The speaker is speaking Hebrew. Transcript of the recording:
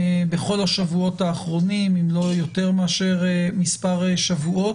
בכל השבועות האחרונים אם לא יותר מאשר מספר שבועות,